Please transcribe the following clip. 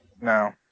no